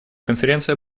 конференция